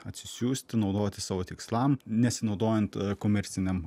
atsisiųsti naudoti savo tikslam nesinaudojant komercinėm